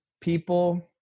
people